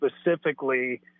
specifically